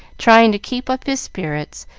trying to keep up his spirits,